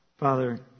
Father